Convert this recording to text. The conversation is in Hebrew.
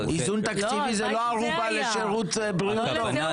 איזון תקציבי זה לא ערובה לשירות בריאות טוב.